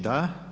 Da.